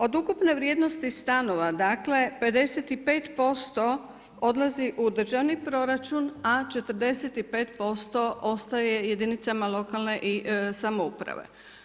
Od ukupne vrijednosti stanova, 55% odlazi u državni proračun, a 45% ostaje jedinicama lokalne samouprave.